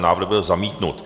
Návrh byl zamítnut.